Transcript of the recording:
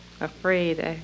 afraid